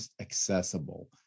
accessible